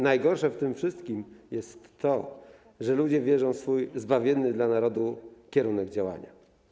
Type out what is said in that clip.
Najgorsze w tym wszystkim jest to, że ludzie wierzą w swój zbawienny dla narodu kierunek działania.